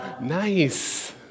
Nice